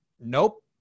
Nope